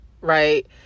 right